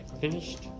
finished